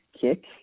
kick